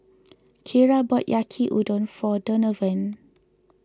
Kierra bought Yaki Udon for Donovan